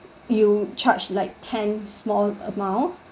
you charge like ten small amount